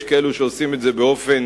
ויש כאלה שעושים את זה באופן